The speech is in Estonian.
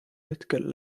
hetkel